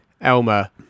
Elmer